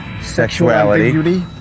sexuality